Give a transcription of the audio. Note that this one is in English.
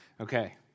Okay